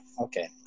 okay